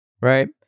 right